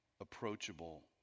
approachable